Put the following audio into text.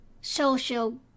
social